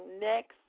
next